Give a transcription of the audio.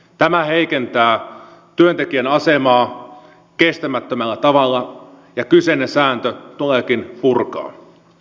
tämä heikentää työntekijän asemaa kestämättömällä tavalla ja kyseinen sääntö tuleekin purkaa